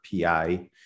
PI